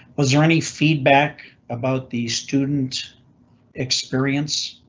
but is there any feedback about the student experience?